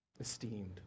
Esteemed